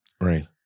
Right